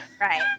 Right